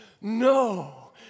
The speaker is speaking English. no